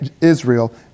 Israel